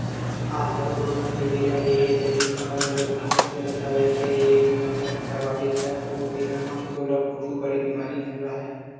आजकल करोना के बेरा ले हेल्थ बीमा ह घलोक बिकट चलत हवय फेर ये बीमा जब करवाबे त ओ बेरा म तोला कुछु बड़े बेमारी झन राहय